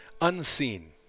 Unseen